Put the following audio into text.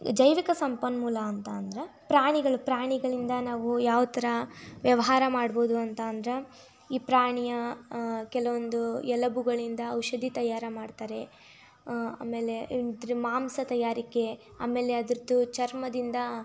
ಜೈವಿಕ ಸಂಪನ್ಮೂಲ ಅಂತ ಅಂದ್ರೆ ಪ್ರಾಣಿಗಳು ಪ್ರಾಣಿಗಳಿಂದ ನಾವು ಯಾವ ಥರ ವ್ಯವಹಾರ ಮಾಡ್ಬೋದು ಅಂತ ಅಂದ್ರೆ ಈ ಪ್ರಾಣಿಯ ಕೆಲವೊಂದು ಎಲಬುಗಳಿಂದ ಔಷಧಿ ತಯಾರು ಮಾಡ್ತಾರೆ ಆಮೇಲೆ ಇದ್ರ ಮಾಂಸ ತಯಾರಿಕೆ ಆಮೇಲೆ ಅದರದ್ದು ಚರ್ಮದಿಂದ